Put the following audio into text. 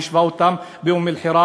ויישבה אותם באום-אלחיראן,